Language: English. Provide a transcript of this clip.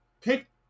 pick